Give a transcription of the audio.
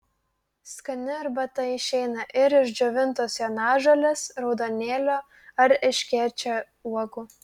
skani arbata išeina ir iš džiovintos jonažolės raudonėlio ar erškėčio uogų